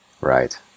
Right